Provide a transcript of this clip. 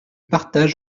partage